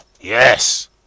Yes